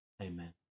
amen